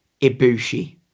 Ibushi